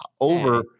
over